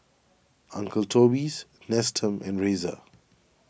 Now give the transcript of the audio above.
Uncle Toby's Nestum and Razer